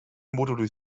moduli